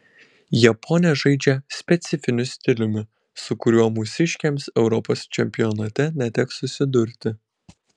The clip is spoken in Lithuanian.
japonės žaidžia specifiniu stiliumi su kuriuo mūsiškėms europos čempionate neteks susidurti